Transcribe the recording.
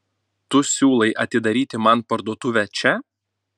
tu siūlai atidaryti man parduotuvę čia